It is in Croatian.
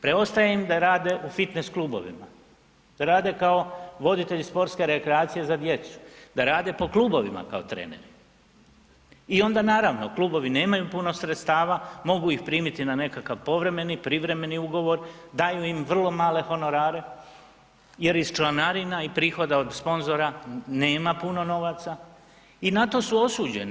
Preostaje im da rade u fitness klubovima da rade kao voditelji sportske rekreacije za djecu, da rade po klubovima kao treneri i onda naravno klubovi nemaju puno sredstva, mogu ih primiti na nekakav povremeni, privremeni ugovor, daju im vrlo male honorare jer iz članarina i prihoda od sponzora nema puno novaca i na to su osuđeni.